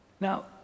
Now